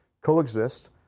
coexist